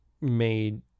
made